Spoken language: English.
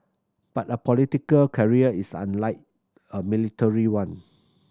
but a political career is unlike a military one